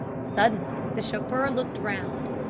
suddenly the chauffeur looked round.